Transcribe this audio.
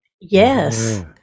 yes